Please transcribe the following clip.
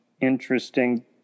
interesting